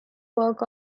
work